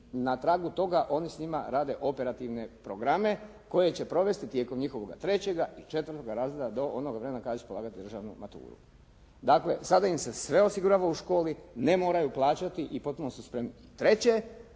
i na tragu toga, oni s njima rade operativne programe koje će provesti tijekom njihovoga trećega i četvrtoga razreda do onog vremena kada će polagati državnu maturu. Dakle, sada im se sve osigurava u školi, ne moraju plaćati i potpuno su spremni. Treće,